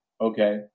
okay